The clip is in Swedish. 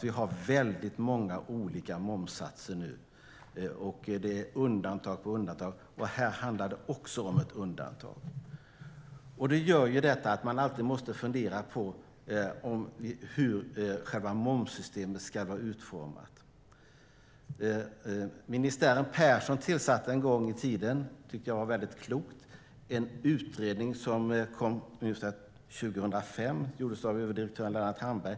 Vi har väldigt många olika momssatser nu. Det är undantag på undantag. Här handlar det också om ett undantag. Detta gör att man alltid måste fundera på hur själva momssystemet ska vara utformat. Ministären Persson tillsatte en gång i tiden - det tyckte jag var klokt - en utredning, och betänkandet kom ungefär 2005. Utredningen gjordes av överdirektören Lennart Hamberg.